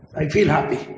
i feel happy.